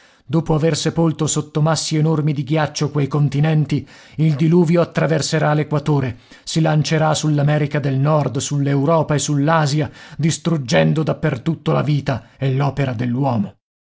dopo aver sepolto sotto massi enormi di ghiaccio quei continenti il diluvio attraverserà l'equatore si lancerà sull'america del nord sull'europa e sull'asia distruggendo dappertutto la vita e